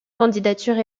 candidature